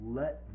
let